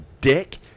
dick